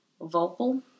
vocal